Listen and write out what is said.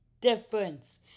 difference